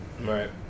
Right